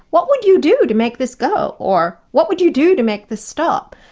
what would you do to make this go? or what would you do to make this stop?